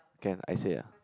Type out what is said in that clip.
can I say ah